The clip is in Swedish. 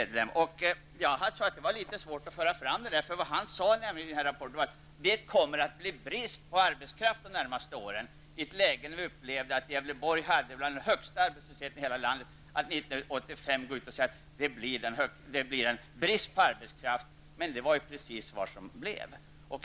Det var svårt för honom att föra ut budskapet, för vad han sade i rapporten var att det skulle bli brist på arbetskraft de närmaste åren, i ett läge då vi upplevde att Gävleborg hade bland den högsta arbetslösheten i landet 1985. Då skulle vi alltså gå ut och säga att det blir brist på arbetskraft. Men det var precis så det blev.